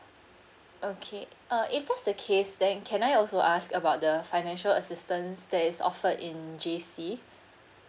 okay uh if that's the case then can I also ask about the financial assistance that is offered in J C